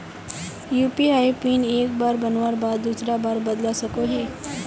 UPI PIN एक बार बनवार बाद दूसरा बार बदलवा सकोहो ही?